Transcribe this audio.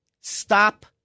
Stop